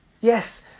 Yes